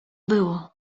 było